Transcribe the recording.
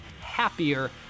happier